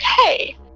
okay